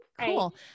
cool